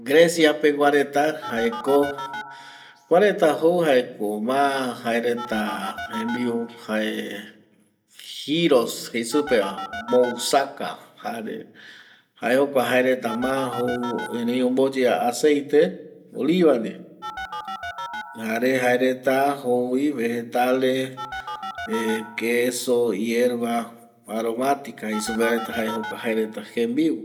Grecia pegua reta jaeko kuaretako jaeko ma jaereta jembiu jae giros jeisupeva mousaka jare jae jokua jaereta ma jou erei omboyea aceite oliva ndie jare jaereta jouvi vegetale kesu, hierba aromatika jei supeva jae jokua jaereta jembiu